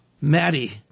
Maddie